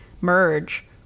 merge